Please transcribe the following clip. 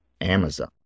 Amazon